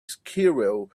squirrel